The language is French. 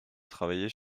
travailler